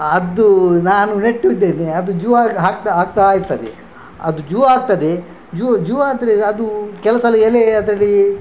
ಅದು ನಾನು ನೆಟ್ಟಿದ್ದೇನೆ ಅದು ಜುವಾಗಿ ಹಾಕ್ತಾ ಹಾಕ್ತಾ ಇರ್ತದೆ ಅದು ಜುವ ಆಗ್ತದೆ ಜುವ ಜುವ ಆದರೆ ಅದು ಕೆಲವು ಸಲ ಎಲೆ ಅದರಲ್ಲಿ